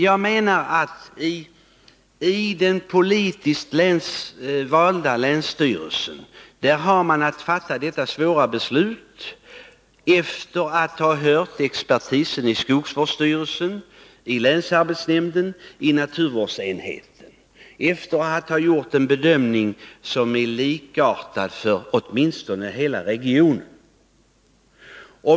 I den politiskt valda länsstyrelsen har man att fatta dessa svåra beslut efter att ha hört expertisen i skogsvårdsstyrelsen, i länsarbetsnämnden, i naturvårdsenheten och naturligtvis efter att ha tagit stor hänsyn till vad man tycker i den berörda kommunen.